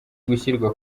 gushyirwa